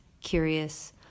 curious